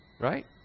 right